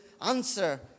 answer